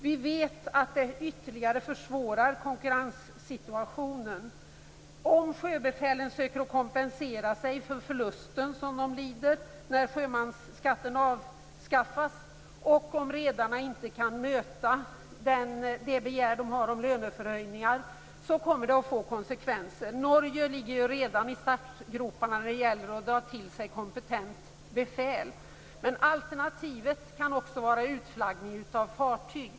Vi vet att detta ytterligare skulle försvåra konkurrenssituationen. Om sjöbefälen försöker kompensera sig för den förlust som de lider när sjömansskatten avskaffas och om redarna inte kan möta deras krav på löneförhöjningar, kommer det att få konsekvenser. Norge ligger redan i startgroparna för att dra till sig kompetent befäl. Ett alternativ kan också vara utflaggning av fartyg.